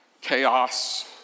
Chaos